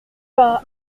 pas